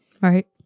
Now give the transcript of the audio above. right